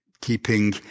keeping